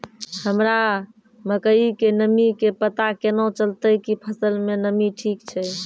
हमरा मकई के नमी के पता केना चलतै कि फसल मे नमी ठीक छै?